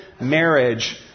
marriage